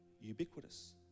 ubiquitous